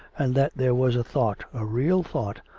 and that there was a thought, a real thought,